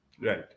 right